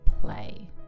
play